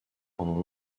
pendant